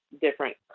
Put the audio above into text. different